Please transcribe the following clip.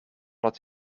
het